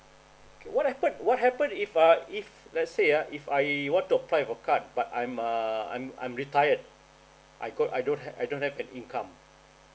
what happen what happen if ah if let's say ah if I want to apply for card but I'm a I'm I'm retired I got I don't have I don't have an income